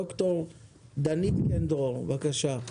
בבקשה.